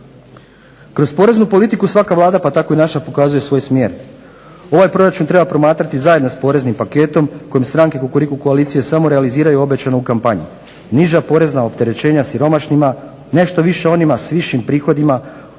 Kroz poreznu politiku svaka Vlada pa tako i naša pokazuje svoj smjer. Ovaj proračun treba promatrati zajedno sa poreznim paketom kojim stranke Kukuriku koalicije samo realiziraju obećano u kampanji – niža porezna opterećenja siromašnima, nešto više onima s višim prihodima,